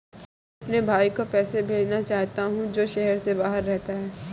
मैं अपने भाई को पैसे भेजना चाहता हूँ जो शहर से बाहर रहता है